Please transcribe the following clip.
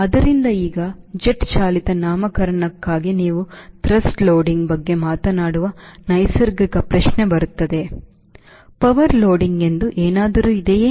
ಆದ್ದರಿಂದ ಈಗ ಜೆಟ್ ಚಾಲಿತ ನಾಮಕರಣಕ್ಕಾಗಿ ನಾವು ಥ್ರಸ್ಟ್ ಲೋಡಿಂಗ್ ಬಗ್ಗೆ ಮಾತನಾಡುವ ನೈಸರ್ಗಿಕ ಪ್ರಶ್ನೆ ಬರುತ್ತದೆ ಪವರ್ ಲೋಡಿಂಗ್ ಎಂದು ಏನಾದರೂ ಇದೆಯೇ